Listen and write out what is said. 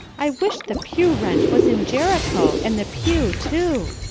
i wish the pew-rent was in jericho, and the pew, too!